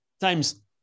times